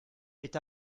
est